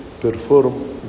perform